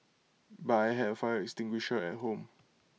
but I had A fire extinguisher at home